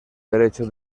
derecho